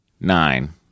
nine